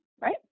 right